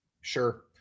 Sure